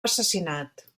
assassinat